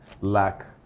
lack